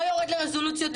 לא יורד לרזולוציות אישיות.